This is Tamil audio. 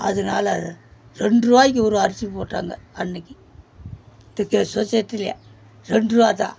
அதனால ரெண்ட்ருபாக்கி ஒரு அரிசி போட்டாங்க அன்றைக்கி சொசைட்டிலேயே ரெண்ட்ருபா தான்